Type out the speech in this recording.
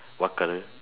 what colour